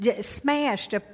smashed